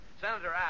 Senator